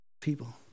people